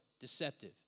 deceptive